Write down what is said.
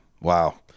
wow